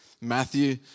Matthew